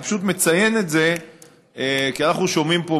אני פשוט מציין את זה כי אנחנו שומעים פה